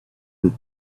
with